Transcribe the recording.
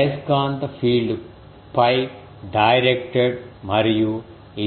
అయస్కాంతఫీల్డ్ 𝝓 directed మరియు